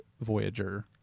Voyager